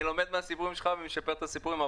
אני לומד מהסיפורים שלך ומשפר את הסיפורים.